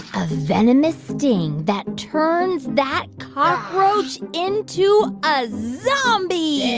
a venomous sting that turns that cockroach into a zombie,